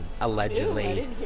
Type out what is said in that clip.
allegedly